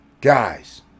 guys